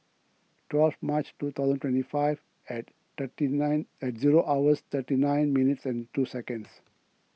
twelve March two thousand twenty five and thirty nine and zero hours thirty nine minutes and two seconds